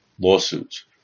lawsuits